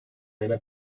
ayına